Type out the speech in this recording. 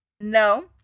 No